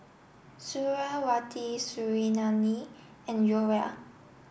Suriawati Suriani and Joyah